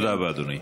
תודה רבה, אדוני.